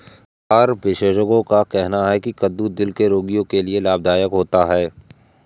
आहार विशेषज्ञों का कहना है की कद्दू दिल के रोगियों के लिए लाभदायक होता है